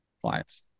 clients